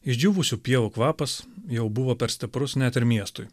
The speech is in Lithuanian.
išdžiūvusių pievų kvapas jau buvo per stiprus net ir miestui